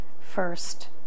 first